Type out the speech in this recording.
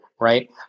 right